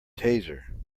taser